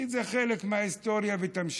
כי זה חלק מההיסטוריה, והיא תמשיך,